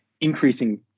increasing